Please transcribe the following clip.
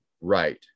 right